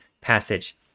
passage